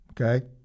okay